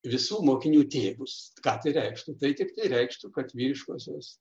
visų mokinių tėvus ką tai reikštų tai tiktai reikštų kad vyriškosios